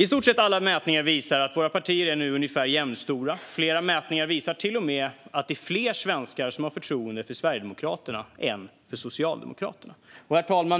I stort sett alla mätningar visar att våra partier nu är ungefär jämnstora. Flera mätningar visar till och med att fler svenskar har förtroende för Sverigedemokraterna än för Socialdemokraterna. Herr talman!